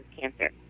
cancer